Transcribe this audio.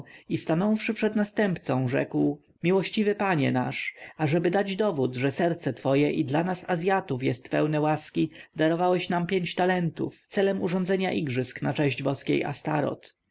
i stanąwszy przed następcą rzekł miłościwy panie nasz ażeby dać dowód że serce twoje i dla nas azjatów jest pełne łaski darowałeś nam pięć talentów celem urządzenia igrzysk na cześć boskiej